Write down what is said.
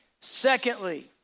Secondly